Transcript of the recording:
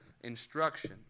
Instruction